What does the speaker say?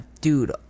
Dude